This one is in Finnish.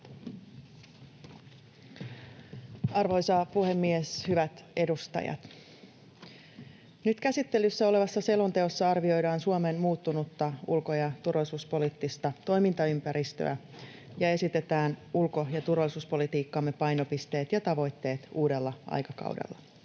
Arvoisa puhemies, hyvät edustajat! Nyt käsittelyssä olevassa selonteossa arvioidaan Suomen muuttunutta ulko- ja turvallisuuspoliittista toimintaympäristöä ja esitetään ulko- ja turvallisuuspolitiikkamme painopisteet ja tavoitteet uudella aikakaudella.